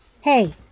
Hey